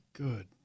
Good